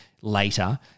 later